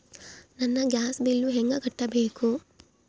ನನ್ನ gas bill ಹೆಂಗ ಕಟ್ಟಬೇಕು?